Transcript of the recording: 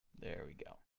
there we go.